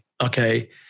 Okay